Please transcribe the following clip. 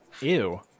ew